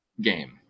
game